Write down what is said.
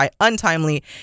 untimely